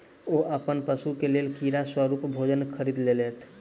ओ अपन पशु के लेल कीड़ा स्वरूप भोजन खरीद लेलैत